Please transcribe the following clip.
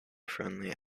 friendly